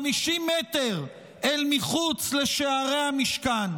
50 מטר אל מחוץ לשערי המשכן,